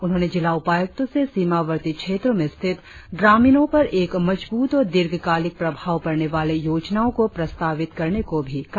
उन्होंने जिला उपायुक्तों से सीमावर्ती क्षेत्रों में स्थित ग्रामीणों पर एक मजब्रत और दीर्घकालिक प्रभाव पड़ने वाले योजनाओं को प्रस्तावित करने को भी कहा